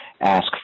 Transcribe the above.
ask